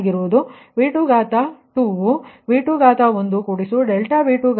ಆದ್ದರಿಂದ 1